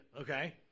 okay